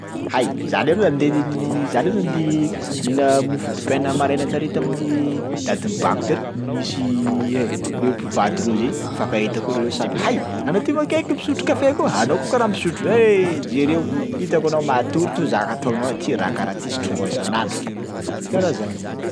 Hay, za leroa andeha za leroa andeha nihina mofo dipaina maraina tary tamin'ny dadin'i Bako tary, nisy ay le mpivady roa zay nifankahita koa reo samby hay! Anao ty moa kaiky misotro kafe koa, anao koa karaha misotro. Eehh! jereo hitako anao matory to zaka ataonao ty raha karaha ty sotroinao isan'andro ke, de karaha zany.